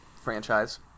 franchise